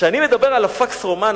כשאני מדבר על ה-pax romana,